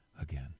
again